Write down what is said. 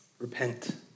Repent